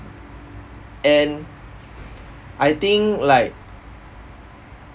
and I think like